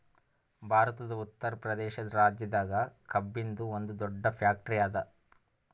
ಭಾರತದ್ ಉತ್ತರ್ ಪ್ರದೇಶ್ ರಾಜ್ಯದಾಗ್ ಕಬ್ಬಿನ್ದ್ ಒಂದ್ ದೊಡ್ಡ್ ಫ್ಯಾಕ್ಟರಿ ಅದಾ